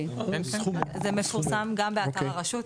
זה מפורסם גם באתר הרשות.